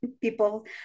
people